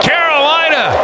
Carolina